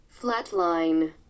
flatline